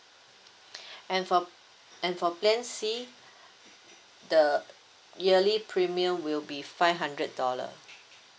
and for and for plan C the yearly premium will be five hundred dollar